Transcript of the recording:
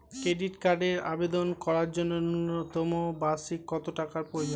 Credit কার্ডের আবেদন করার জন্য ন্যূনতম বার্ষিক কত টাকা প্রয়োজন?